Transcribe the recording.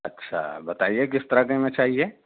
اچھا بتائیے کس طرح کے میں چاہیے